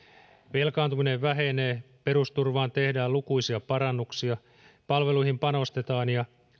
velkaantuminen vähenee perusturvaan tehdään lukuisia parannuksia palveluihin panostetaan ja